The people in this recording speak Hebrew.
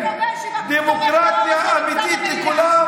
הוא חייב תמיד להכניס את זה.